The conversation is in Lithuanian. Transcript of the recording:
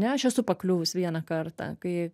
ne aš esu pakliuvusi vieną kartą kai